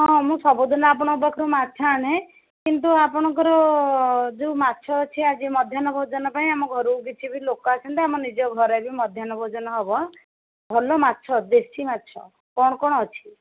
ହଁ ମୁଁ ସବୁଦିନ ଆପଣଙ୍କ ପାଖରୁ ମାଛ ଆଣେ କିନ୍ତୁ ଆପଣଙ୍କର ଯେଉଁ ମାଛ ଅଛି ଆଜି ମଧ୍ୟାହ୍ନ ଭୋଜନ ପାଇଁ ଆମ ଘରକୁ କିଛି ଲୋକ ଆସୁଛନ୍ତି ଆମ ନିଜ ଘରେ ଆଜି ମଧ୍ୟାହ୍ନ ଭୋଜନ ହେବ ଭଲ ମାଛ ଦେଶୀ ମାଛ କଣ କଣ ଅଛି